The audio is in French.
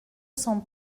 cent